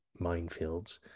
minefields